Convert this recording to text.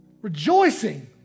Rejoicing